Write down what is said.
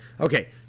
Okay